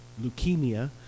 leukemia